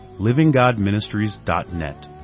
livinggodministries.net